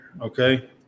okay